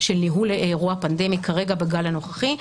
של ניהול אירוע פנדמי כרגע בגל הנוכחי,